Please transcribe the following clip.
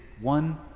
one